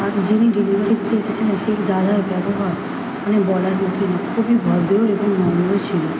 আর যিনি ডেলিভারি দিতে এসেছিলেন সেই দাদার ব্যবহার মানে বলার মধ্যে নয় খুবই ভদ্র এবং নম্র ছিল